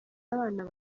abana